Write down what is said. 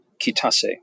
Kitase